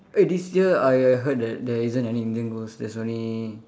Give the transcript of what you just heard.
eh this year I heard that there isn't any Indian ghost there's only